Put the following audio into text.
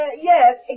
Yes